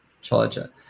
charger